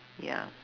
ya